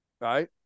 right